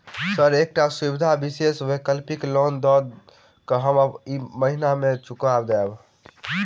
Sir एकटा सुविधा विशेष वैकल्पिक लोन दिऽ हम महीने महीने चुका देब?